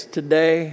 today